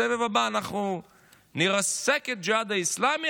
בסבב הבא אנחנו נרסק את הג'יהאד האסלאמי,